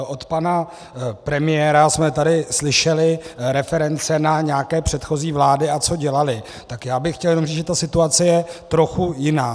Od pana premiéra jsme tady slyšeli reference na nějaké předchozí vlády, a co dělaly, tak já bych chtěl jenom říct, že situace je trochu jiná.